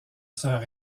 sœur